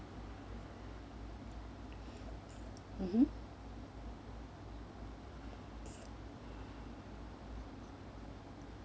mmhmm